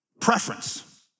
Preference